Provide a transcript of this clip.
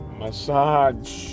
massage